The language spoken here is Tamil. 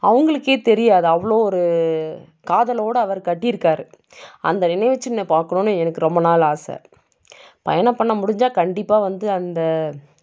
அவங்களுக்கே தெரியாது அவ்வளோ ஒரு காதலோடு அவர் கட்டிருக்கார் அந்த நினைவுச்சின்னம் பார்க்கணும்னு எனக்கு ரொம்ப நாள் ஆசை பயணம் பண்ண முடிஞ்சால் கண்டிப்பாக வந்து அந்த